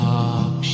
Talk